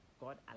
God